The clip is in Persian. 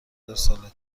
ارسال